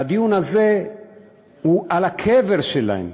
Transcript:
והדיון הזה הוא על הקבר שלהם,